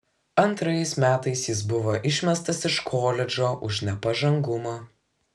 antrais metais jis buvo išmestas iš koledžo už nepažangumą